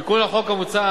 תיקון החוק המוצע,